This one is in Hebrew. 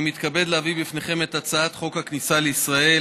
אני מתכבד להביא לפניכם את הצעת חוק הכניסה לישראל